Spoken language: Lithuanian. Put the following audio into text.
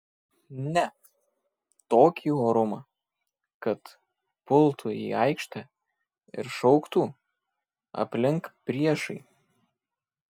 ne tokį orumą kad pultų į aikštę ir šauktų aplink priešai